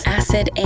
acid